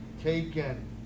taken